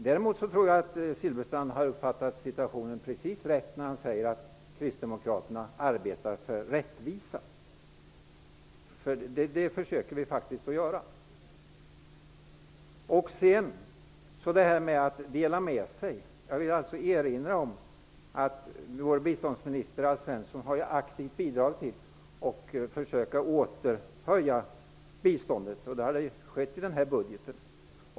Däremot tror jag att Bengt Silfverstrand har uppfattat situationen precis rätt när han säger att kristdemokraterna arbetar för rättvisan; det försöker vi faktiskt att göra. Vad gäller att dela med sig, vill jag erinra om att vår biståndsminister Alf Svensson aktivt bidragit till att höja biståndet. Det kan man också utläsa av denna budget.